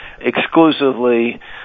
exclusively